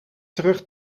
terug